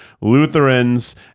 Lutherans